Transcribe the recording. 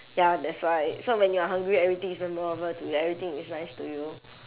ya that's why so when you're hungry everything is memorable to you everything is nice to you